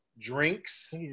drinks